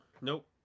Nope